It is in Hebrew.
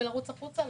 לצאת ולרוץ החוצה?